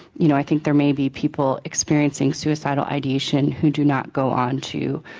you know i think there may be people experiencing suicidal i dation who do not go on to